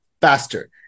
faster